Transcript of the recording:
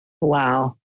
Wow